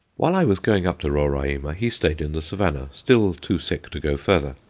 while i was going up to roraima, he stayed in the savannah, still too sick to go further.